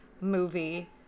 movie